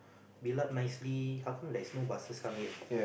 build up nicely how come there's no buses come in